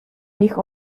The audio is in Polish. nich